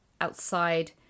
outside